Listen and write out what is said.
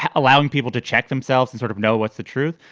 allowing people to check themselves and sort of know what's the truth,